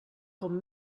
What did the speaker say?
com